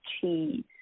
cheese